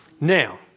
Now